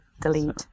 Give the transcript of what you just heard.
Delete